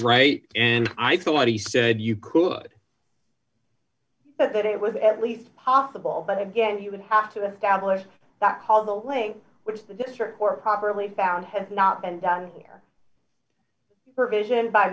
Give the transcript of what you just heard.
right and i thought he said you could but that it was at least possible but again you would have to the stablished that call the link which the district court properly found has not been done here provision by